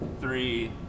three